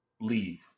leave